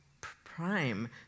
prime